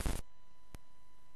חשוב מפני שהכיוון הוא